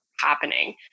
happening